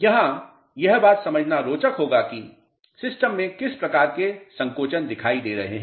यहां यह बात समझना रोचक होगा कि सिस्टम में किस प्रकार के संकोचन दिखाई दे रहे हैं